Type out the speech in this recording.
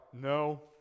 No